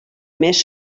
més